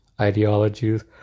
ideologies